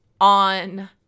on